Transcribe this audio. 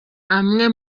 amwe